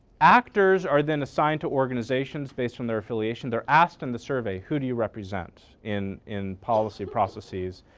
actors are then assigned to organizations based on their affiliation. they're asked in the survey who do you represent in in policy processes?